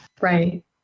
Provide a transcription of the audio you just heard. Right